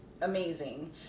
amazing